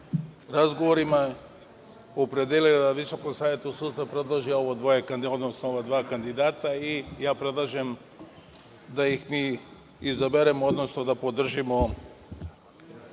razgovorima opredelila da Visokom savetu sudstva predloži ova dva kandidata i ja predlažem da ih mi izaberemo, odnosno da podržimo